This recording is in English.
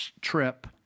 trip